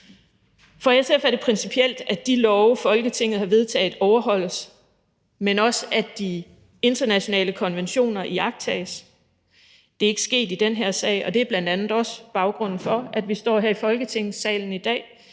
For SF er det principielt, at de love, som Folketinget har vedtaget, overholdes, men også at de internationale konventioner iagttages. Det er ikke sket i den her sag, og det er bl.a. også baggrunden for, at vi står her i Folketingssalen i dag